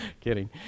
Kidding